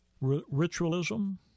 ritualism